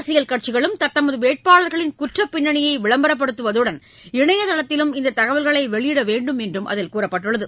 அரசியல் கட்சிகளும் தத்தமதுவேட்பாளர்களின் குற்றப் பின்னணியைவிளம்பரப்படுத்துவதுடன் இணையதளத்திலும் இந்தத் தகவல்களைவெளியிடவேண்டும் என்றும் அதில் கூறப்பட்டுள்ளது